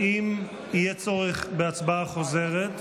והם יאמרו לי אם התכוונו להצביע בעד או